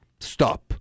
stop